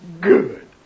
good